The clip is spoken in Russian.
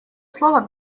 слово